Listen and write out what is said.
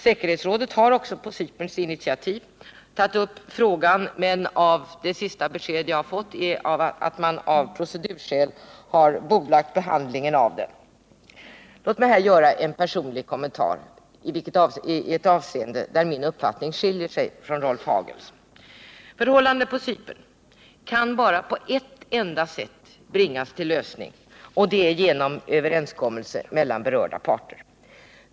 Säkerhetsrådet har också på Cyperns initiativ tagit upp frågan, men det senaste beskedet jag fått går ut på att man av procedurskäl har bordlagt behandlingen av den. Problemen på Cypern kan bara på ett enda sätt bringas till lösning, och det är genom en överenskommelse mellan berörda parter.